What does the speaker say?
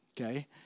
okay